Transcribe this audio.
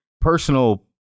personal